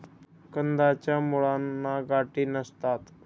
कंदाच्या मुळांना गाठी नसतात